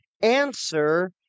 answer